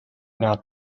not